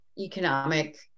economic